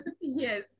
yes